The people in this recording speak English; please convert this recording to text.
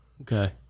Okay